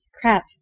crap